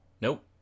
Nope